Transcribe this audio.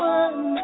one